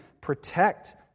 protect